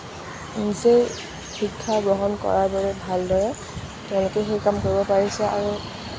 নিজেই শিক্ষা গ্ৰহণ কৰাৰ বাবে ভালদৰে তেওঁলোকে সেই কাম কৰিব পাৰিছে আৰু